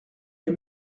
les